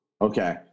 okay